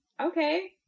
Okay